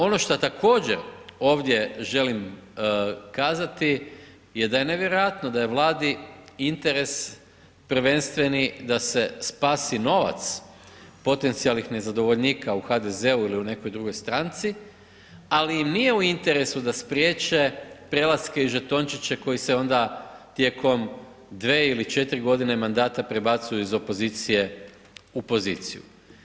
Ono što također ovdje želim kazati je da je nevjerojatno da je Vladi interes prvenstveni da se spasi novac potencijalnih nezadovoljnika u HDZ-u ili u nekoj drugoj stranci, ali im nije u interesu da spriječe prelaske i žetončiće koji se onda tijekom 2 ili 4 godine mandata prebacuju iz opozicije u poziciju.